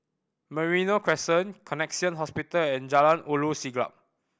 Merino Crescent Connexion Hospital and Jalan Ulu Siglap